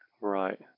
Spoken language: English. right